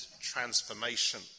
transformation